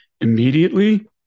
immediately